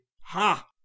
ha